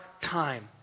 time